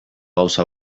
gauza